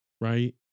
Right